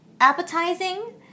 appetizing